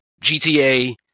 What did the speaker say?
GTA